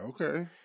Okay